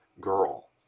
girl